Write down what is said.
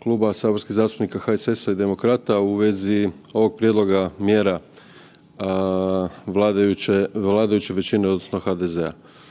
Kluba saborskih zastupnika HSS-a i Demokrata u vezi ovog prijedloga mjera vladajuće većine odnosno HDZ-a.